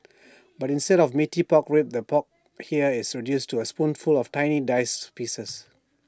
but instead of Meaty Pork Ribs the pork here is reduced to A spoonful of tiny diced pieces